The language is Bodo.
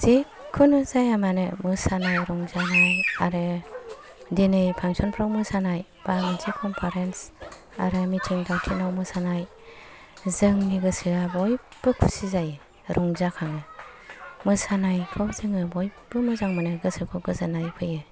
जेखुनु जाया मानो मोसानाय रंजानाय आरो दिनै फांसन फ्राव मोसानाय बा मोनसे कनफारेन्स मिथिं फांसन फ्राव मोसानाय जोंनि गोसोआ बयबो खुसि जायो रंजाखांङो मोसानायखौ जोङो बयबो मोजां मोनो गोसोखौ गोजाननाय फैयो